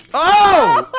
oh!